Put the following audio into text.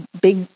big